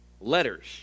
letters